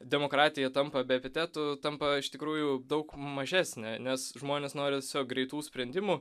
demokratija tampa be epitetų tampa iš tikrųjų daug mažesnė nes žmonės nori tiesiog greitų sprendimų